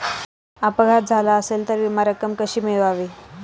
अपघात झाला असेल तर विमा रक्कम कशी मिळवावी?